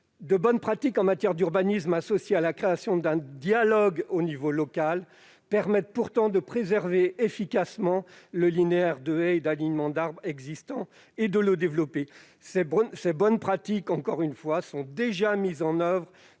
De bonnes pratiques en matière d'urbanisme associées à la création d'un dialogue au niveau local permettent pourtant de préserver efficacement le linéaire de haies et d'alignements d'arbres existant, et même de le développer. Ces bonnes pratiques sont déjà mises en oeuvre